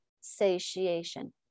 satiation